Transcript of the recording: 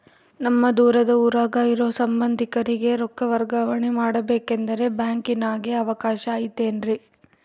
ನಮ್ಮ ದೂರದ ಊರಾಗ ಇರೋ ಸಂಬಂಧಿಕರಿಗೆ ರೊಕ್ಕ ವರ್ಗಾವಣೆ ಮಾಡಬೇಕೆಂದರೆ ಬ್ಯಾಂಕಿನಾಗೆ ಅವಕಾಶ ಐತೇನ್ರಿ?